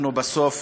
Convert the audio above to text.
אנחנו בסוף